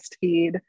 feed